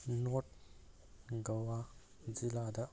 north Goa ꯖꯤꯜꯂꯥꯗ